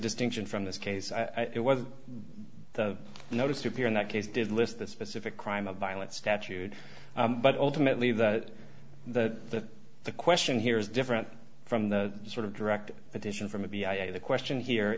distinction from this case it was the notice to appear in that case did list the specific crime of violence statute but ultimately that the the question here is different from the sort of direct petition from a b i the question here